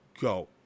go